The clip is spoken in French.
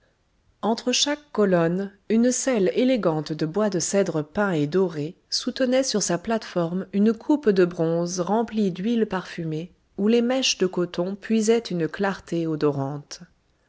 entre chaque colonne une selle élégante de bois de cèdre peint et doré soutenait sur sa plate-forme une coupe de bronze remplie d'huile parfumée où les mèches de coton puisaient une clarté odorante